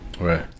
right